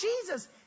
Jesus